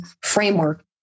framework